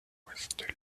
ouest